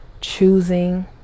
choosing